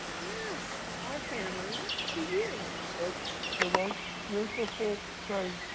yes, our family to you. it's the most beautiful